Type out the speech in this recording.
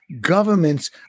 government's